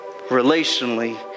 relationally